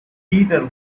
heather